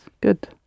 good